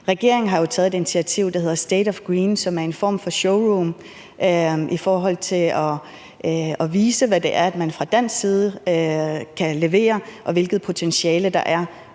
Regeringen har jo taget et initiativ, der hedder »State of Green«, som er en form for showroom, der viser, hvad det er, man fra dansk side kan levere, og hvilket potentiale der er